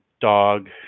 dog